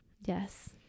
yes